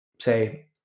say